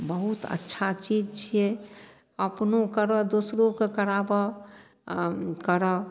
बहुत अच्छा चीज छियै अपनो करऽ दोसरोके कराबऽ करौ